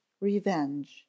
Revenge